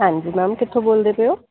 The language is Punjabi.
ਹਾਂਜੀ ਮੈਮ ਕਿੱਥੋਂ ਬੋਲਦੇ ਪਏ ਹੋ